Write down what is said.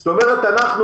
זאת אומרת אנחנו,